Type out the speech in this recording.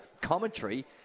commentary